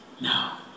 now